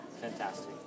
fantastic